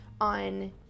on